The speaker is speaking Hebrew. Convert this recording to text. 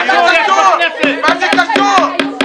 מה זה קשור?